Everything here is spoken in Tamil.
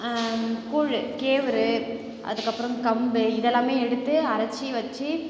கூழ் கேவுரு அதுக்கப்புறம் கம்பு இதெல்லாமே எடுத்து அரச்சு வச்சு